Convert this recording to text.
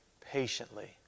patiently